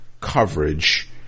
coverage